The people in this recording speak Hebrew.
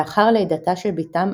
לאחר לידתה של בתם,